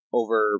over